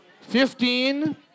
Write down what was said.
fifteen